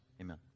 Amen